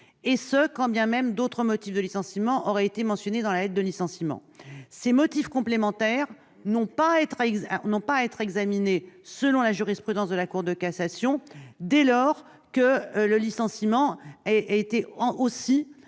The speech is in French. et ce quand bien même d'autres motifs de licenciement auraient été mentionnés dans la lettre de licenciement. Ces motifs complémentaires n'ont pas à être examinés, selon la jurisprudence de la Cour de cassation, dès lors que le licenciement a été